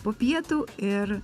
po pietų ir